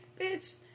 bitch